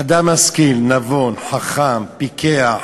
אדם משכיל, נבון, חכם, פיקח,